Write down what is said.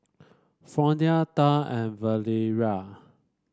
Fronia Thad and Valeria